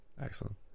Excellent